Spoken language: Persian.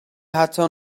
حتی